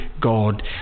God